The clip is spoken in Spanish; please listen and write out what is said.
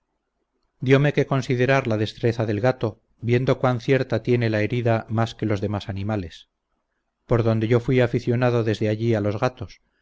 diome que considerar la destreza del gato viendo cuán cierta tiene la herida más que los demás animales por donde yo fuí aficionado desde allí a los gatos